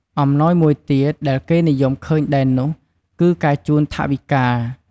អំំណោយមួយទៀតដែលគេនិយមឃើញដែរនោះ គឺការជូនថវិកា។